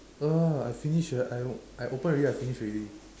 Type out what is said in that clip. no lah I finish I I o~ I open already I finish already